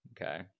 Okay